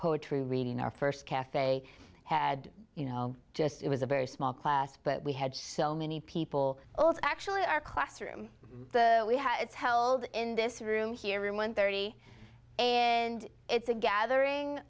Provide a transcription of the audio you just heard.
poetry reading our first cafe had you know just it was a very small class but we had so many people actually our classroom we had it's held in this room here in one thirty and it's a gathering